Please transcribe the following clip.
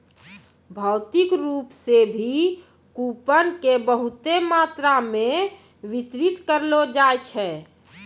भौतिक रूप से भी कूपन के बहुते मात्रा मे वितरित करलो जाय छै